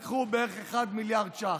לקחו בערך מיליארד שקלים,